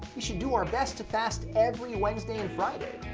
we should do our best to fast every wednesday and friday,